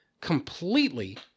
completely